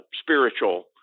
spiritual